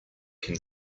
can